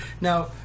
Now